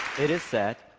it is said